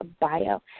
bio